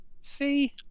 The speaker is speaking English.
See